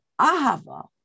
Ahava